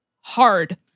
hard